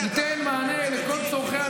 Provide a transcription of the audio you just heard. אנחנו נניח בקרוב את התקציב על שולחן הכנסת.